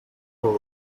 were